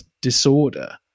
disorder